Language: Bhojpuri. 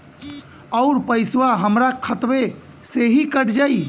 अउर पइसवा हमरा खतवे से ही कट जाई?